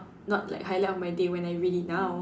not like highlight of my day when I read it now